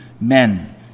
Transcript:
men